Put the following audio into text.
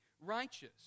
righteous